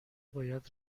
باید